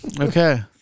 Okay